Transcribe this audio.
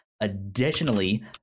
Additionally